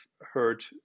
heard